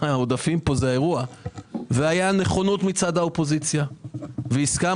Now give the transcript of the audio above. עודפים הם האירוע פה והייתה נכונות מצד האופוזיציה והסכמנו.